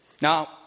Now